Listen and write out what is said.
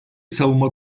savunma